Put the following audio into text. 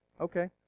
Okay